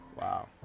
Wow